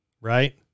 Right